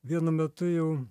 vienu metu jau